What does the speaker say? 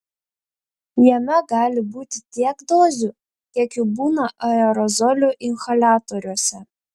jame gali būti tiek dozių kiek jų būna aerozolių inhaliatoriuose